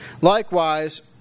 Likewise